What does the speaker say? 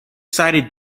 sided